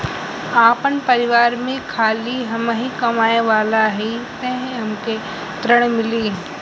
आपन परिवार में खाली हमहीं कमाये वाला हई तह हमके ऋण मिली?